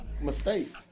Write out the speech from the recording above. mistake